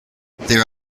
there